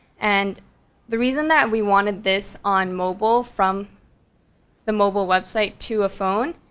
and the reason that we wanted this on mobile, from the mobile website to a phone,